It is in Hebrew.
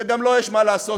שגם לו יש מה לעשות,